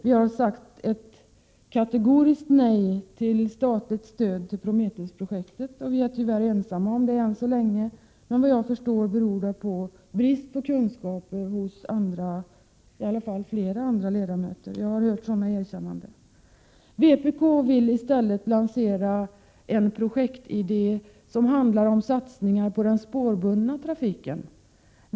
Vi har sagt ett kategoriskt nej till statligt stöd till Prometheus-projektet, vilket vi tyvärr är ensamma om än så länge. Det beror, såvitt jag förstår, på brist på kunskap hos flera andra ledamöter — jag har hört sådana erkännanden. Vpk vill i stället lansera en projektidé som handlar om satsningar på den spårbundna trafiken.